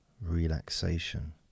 relaxation